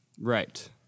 Right